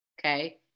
Okay